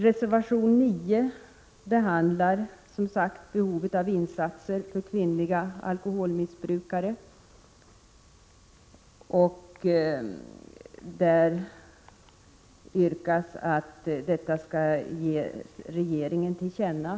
Reservation 9 handlar, som sagt, om behovet av insatser för kvinnliga alkoholmissbrukare. Man hemställer där om att det som anförts skall ges regeringen till känna.